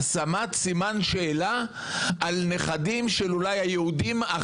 השמת סימן שאלה על נכדים של יהודים אולי